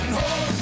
hold